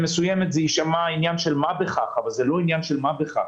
מסוימת זה יישמע עניין של מה בכך אבל זה לא עניין של מה בכך.